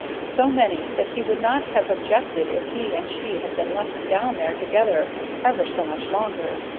so many that he would not have objected if he and she had been left down there together ever so much longer.